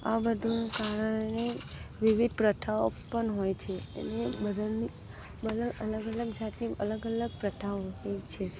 આ બધુ કારણે વિવિધ પ્રથાઓ પણ હોય છે એને બધાની બધા અલગ અલગ જાતની અલગ અલગ પ્રથાઓ હોય છે